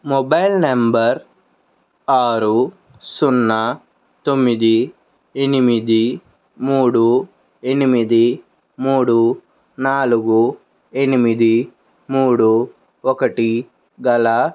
mobile number ఆరు సున్నతొమ్మిది ఎనిమిది మూడు ఎనిమిది మూడు నాలుగు ఎనిమిది మూడు ఒకటి గల లబ్ధిదారు హర్ష పేరున టీకా సర్టిఫికేట్ డౌన్లోడ్ చేసుకునేందుకు ఏడు నాలుగు ఒకటి ఏడు అయిదు ఒకటి ఓటిపిని ఉపయోగించండి